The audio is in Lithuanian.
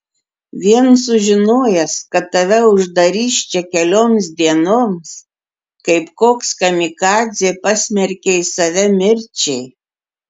vien sužinojęs kad tave uždarys čia kelioms dienoms kaip koks kamikadzė pasmerkei save mirčiai